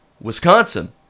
Wisconsin